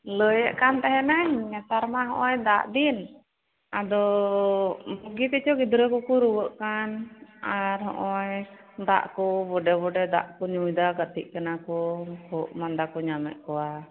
ᱞᱟᱹᱭ ᱮᱫ ᱛᱟᱦᱮᱱᱟᱹᱧ ᱱᱮᱛᱟᱨ ᱢᱟ ᱱᱚᱜᱼᱚᱭ ᱫᱟᱜ ᱫᱤᱱ ᱟᱫᱚ ᱵᱩᱜᱤ ᱛᱮᱪᱚ ᱜᱤᱫᱽᱨᱟᱹ ᱠᱚᱠᱚ ᱨᱩᱣᱟᱹᱜ ᱠᱟᱱ ᱟᱨ ᱱᱚᱜᱼᱚᱭ ᱰᱟᱜ ᱠᱚ ᱵᱚᱰᱮ ᱵᱚᱰᱮ ᱫᱟᱜ ᱠᱚ ᱧᱩᱭ ᱫᱟ ᱜᱟᱛᱮᱜ ᱠᱟᱱᱟ ᱠᱚ ᱠᱷᱩᱜ ᱢᱟᱫᱟ ᱠᱚ ᱧᱟᱢᱮᱫ ᱠᱚᱣᱟ